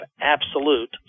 absolute